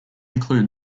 include